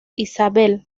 isabelle